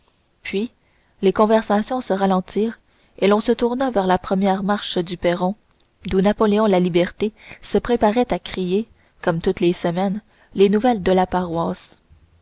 puis les conversations se ralentirent et l'on se tourna vers la première marche du perron d'où napoléon laliberté se préparait à crier comme toutes les semaines les nouvelles de la paroisse